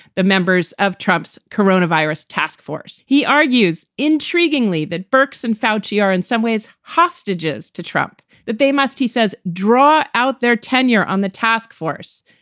the members of trump's coronavirus task force. he argues, intriguingly, that bourke's and foushee are in some ways hostages to trump that they must, he says, draw out their tenure on the task force.